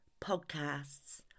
podcasts